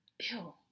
Ew